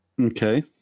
okay